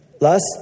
Last